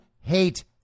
hate